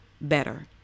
better